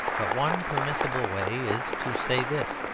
but one permissible way is to say this,